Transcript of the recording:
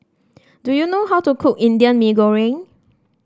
do you know how to cook Indian Mee Goreng